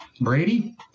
Brady